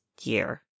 year